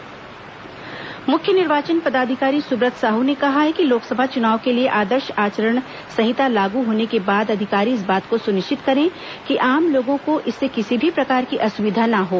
निर्वाचन सुब्रत साहू मुख्य निर्वाचन पदाधिकारी सुब्रत साहू ने कहा है कि लोकसभा चुनाव के लिए आदर्श आचारण संहिता लागू होने के बाद अधिकारी इस बात को सुनिश्चित करें कि आम लोगों को इससे किसी भी प्रकार की असुविधा न हों